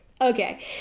Okay